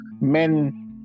men